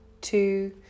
two